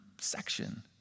section